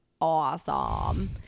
awesome